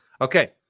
Okay